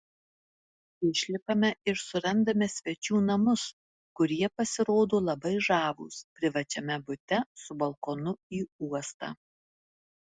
išlipame ir surandame svečių namus kurie pasirodo labai žavūs privačiame bute su balkonu į uostą